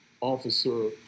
Officer